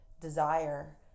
desire